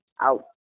Out